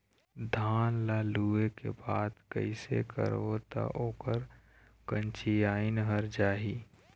धान ला लुए के बाद कइसे करबो त ओकर कंचीयायिन हर जाही?